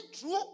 true